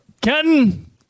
Kenton